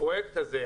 הפרויקט הזה,